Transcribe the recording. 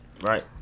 Right